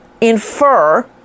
infer